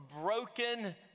broken